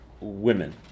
women